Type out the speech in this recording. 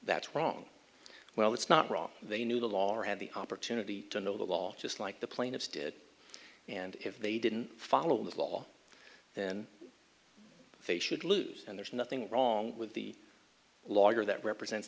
that's wrong well it's not wrong they knew the lawyer had the opportunity to know the law just like the plaintiffs did and if they didn't follow the law then they should lose and there's nothing wrong with the lawyer that represents